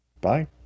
Bye